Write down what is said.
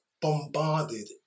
bombarded